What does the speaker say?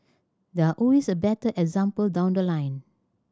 there are always a better example down the line